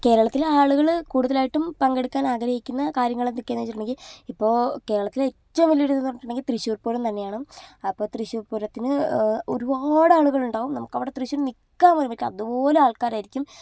കേരളത്തിലെ ആളുകൾ കൂടുതലായിട്ടും പങ്കെടുക്കാൻ ആഗ്രഹിക്കുന്ന കാര്യങ്ങളെന്തൊക്കെയാണെന്ന് വെച്ചിട്ടുണ്ടെങ്കിൽ ഇപ്പോൾ കേരളത്തിലെ ഏറ്റവും വലിയൊരിതെന്ന് പറഞ്ഞിട്ടുണ്ടെങ്കിൽ തൃശ്ശൂർ പൂരം തന്നെയാണ് അപ്പോൾ തൃശ്ശൂർ പൂരത്തിന് ഒരുപാടാളുകളുണ്ടാകും നമുക്കവിടെ തൃശ്ശൂർ നിൽക്കാൻ പോലും പറ്റില്ല അതുപോലെ ആൾക്കാരായിരിക്കും